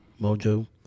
mojo